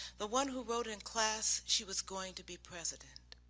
the one who wrote in class she was going to be president.